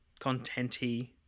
contenty